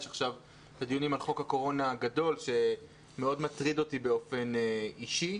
יש עכשיו דיונים על חוק הקורונה הגדול שמאוד מטריד אותי באופן אישי.